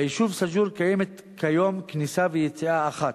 ליישוב סאג'ור יש כיום כניסה ויציאה אחת.